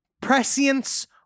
prescience